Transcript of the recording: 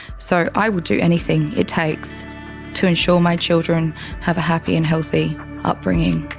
so i will do anything it takes to ensure my children have a happy and healthy upbringing.